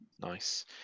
Nice